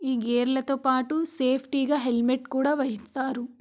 ఈ గేర్లతో పాటు సేఫ్టీగా హెల్మెట్ కూడా ధరిస్తారు